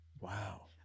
wow